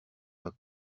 pas